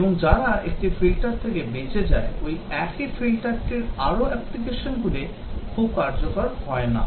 এবং যারা একটি ফিল্টার থেকে বেঁচে যায় ওই একই ফিল্টারটির আরও applicationগুলি খুব কার্যকর হয়না